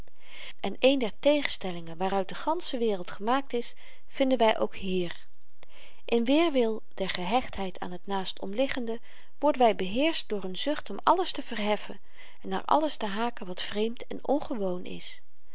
en een der tegenstellingen waaruit de gansche wereld gemaakt is vinden wy ook hier in weerwil der gehechtheid aan t naast omliggende worden wy beheerscht door n zucht om alles te verheffen en naar alles te haken wat vreemd en ongewoon is